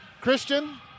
Christian